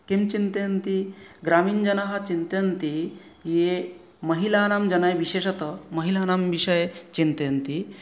किं चिन्तयन्ति ग्रामीणजना चिन्तयन्ति ये महिलानां जने विशेषतः महिलानां विषये चिन्तयन्ति